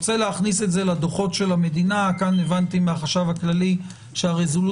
רוצה להכניס את זה לדוחות של המדינה כאן הבנתי מהחשב הכללי שהרזולוציה